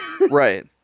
Right